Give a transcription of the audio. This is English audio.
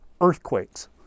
Earthquakes